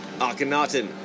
Akhenaten